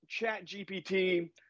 ChatGPT